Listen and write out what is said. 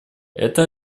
это